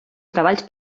treballs